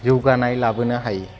जौगानाय लाबोनो हायो